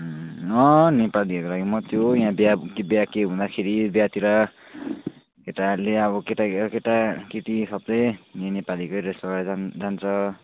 नेपालीहरूको लागि मात्रै हो यहाँ बिहा बिहा केही हुँदाखेरि बिहातिर केटाहरूले अब केटा केटा केटी सबले यो नेपालीकै ड्रेस लगाएर जान् जान्छ